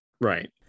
right